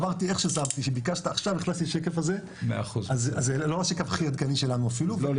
ביקשת ועכשיו הכנסתי את השקף הזה אז זה לא השקף הכי עדכני שלנו אפילו,